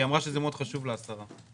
היא אמרה שזה מאוד חשוב לה, השרה.